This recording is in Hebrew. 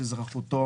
אזרחותו,